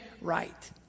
right